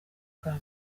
bwa